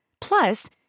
Plus